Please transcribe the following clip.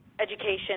education